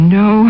no